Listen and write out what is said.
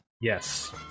Yes